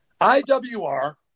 IWR